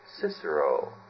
Cicero